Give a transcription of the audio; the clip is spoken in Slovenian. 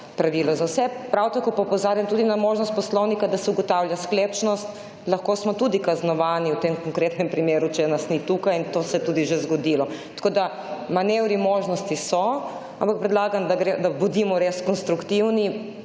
Prav tako pa opozarjam tudi na možnost Poslovnika, da se ugotavlja sklepčnost, lahko smo tudi kaznovani v tem konkretnem primeru, če nas ni tukaj in to se je tudi že zgodilo. Tako da, manevri možnosti so, ampak predlagam, da bodimo res konstruktivni,